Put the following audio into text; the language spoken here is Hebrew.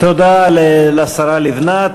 תודה לשרה לבנת.